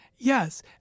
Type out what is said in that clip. Yes